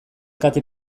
kate